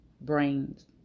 brains